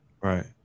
Right